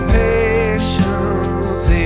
patience